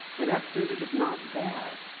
and extrinsic is not bad.